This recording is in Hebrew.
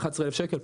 11,000 שקלים,